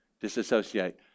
Disassociate